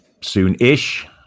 soon-ish